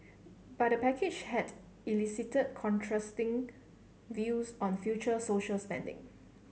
but the package had elicited contrasting views on future social spending